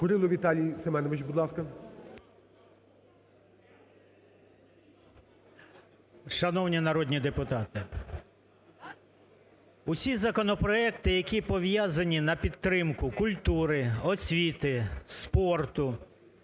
Курило Віталій Семенович, будь ласка. 13:52:57 КУРИЛО В.С. Шановні народні депутати, усі законопроекти, які пов'язані на підтримку культури, освіти, спорту,